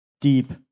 deep